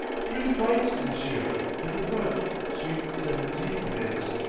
three flights, m'sieu', in the front suite seventeen it is.